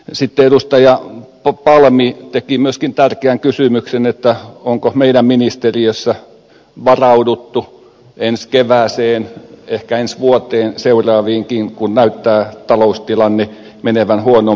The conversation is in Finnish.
sitten edustaja palm teki myöskin tärkeän kysymyksen onko meidän ministeriössämme varauduttu ensi kevääseen ehkä ensi vuoteen seuraaviinkin kun taloustilanne näyttää menevän huonompaan suuntaan